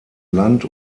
land